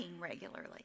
regularly